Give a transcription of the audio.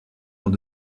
dans